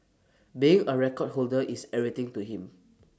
being A record holder is everything to him